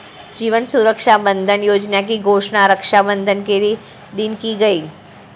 जीवन सुरक्षा बंधन योजना की घोषणा रक्षाबंधन के दिन की गई